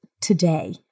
today